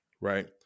right